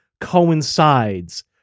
coincides